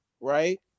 right